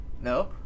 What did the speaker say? No